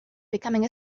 becoming